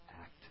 act